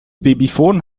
babyfon